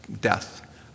death